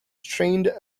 trained